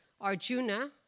Arjuna